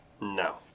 No